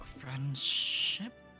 friendship